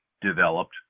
developed